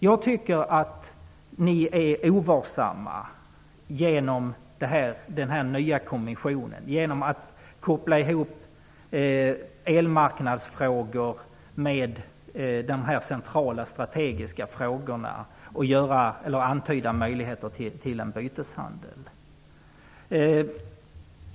Jag tycker att ni är ovarsamma i fråga om denna nya kommission, genom att koppla ihop elmarknadsfrågor med de centrala strategiska frågorna och antyda möjligheter till en byteshandel.